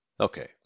Okay